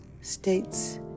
states